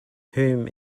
whom